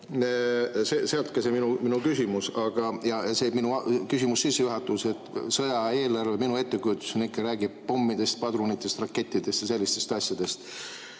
Sealt ka minu küsimus, see minu küsimuse sissejuhatus, et sõjaeelarve minu ettekujutuses ikka räägib pommidest, padrunitest, rakettidest ja sellistest asjadest.